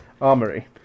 Armory